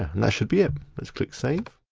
and that should be it. let's click save.